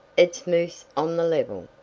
it's moose on the level.